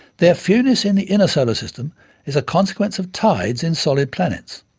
their fewness in the inner solar system is a consequence of tides in solid planets.